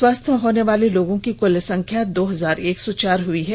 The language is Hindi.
स्वस्थ होने वाले लोगों की कुल संख्या दो हजार एक सौ चार हो गयी है